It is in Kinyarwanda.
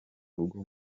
rugo